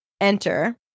enter